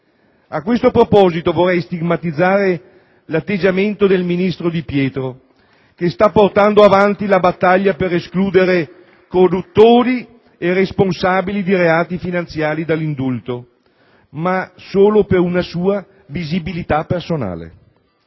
A questo proposito, vorrei stigmatizzare l'atteggiamento del ministro Di Pietro *(Applausi del senatore Amato)*, che sta portando avanti la battaglia per escludere corruttori e responsabili di reati finanziari dall'indulto, ma solo per una sua visibilità personale.